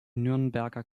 nürnberger